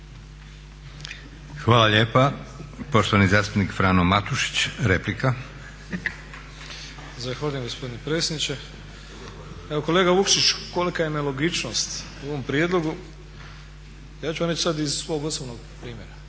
Hvala lijepa. Poštovani zastupnik Frano Matušić, replika. **Matušić, Frano (HDZ)** Zahvaljujem gospodine predsjedniče. Evo kolega Vukšić kolika je nelogičnost u ovom prijedlogu. Ja ću vam reći sad iz svog osobnog primjera.